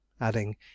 adding